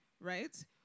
right